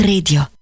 Radio